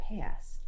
past